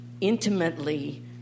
intimately